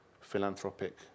philanthropic